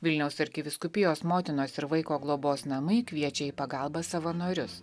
vilniaus arkivyskupijos motinos ir vaiko globos namai kviečia į pagalbą savanorius